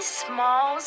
small